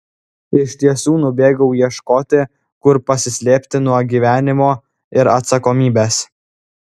iš tiesų nubėgau ieškoti kur pasislėpti nuo gyvenimo ir atsakomybės